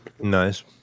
Nice